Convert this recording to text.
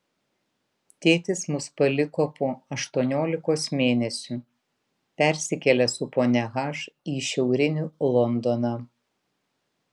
tėtis mus paliko po aštuoniolikos mėnesių persikėlė su ponia h į šiaurinį londoną